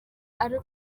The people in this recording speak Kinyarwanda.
ari